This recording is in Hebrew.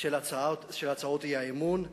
של הצעות האי-אמון,